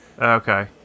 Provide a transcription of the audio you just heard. Okay